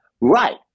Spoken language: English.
Right